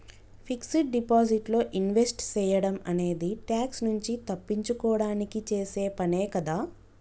fixed deposit లో invest సేయడం అనేది ట్యాక్స్ నుంచి తప్పించుకోడానికి చేసే పనే కదా